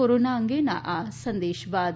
corona અંગેના આ સંદેશ બાદ